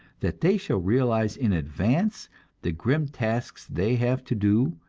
that they shall realize in advance the grim tasks they have to do,